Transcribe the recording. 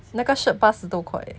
那个 shirt 八十多块